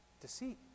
deceit